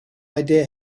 idea